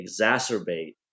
exacerbate